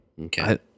Okay